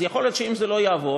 אז יכול להיות שאם זה לא יעבור,